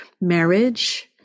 Marriage